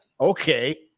Okay